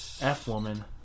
F-Woman